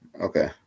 Okay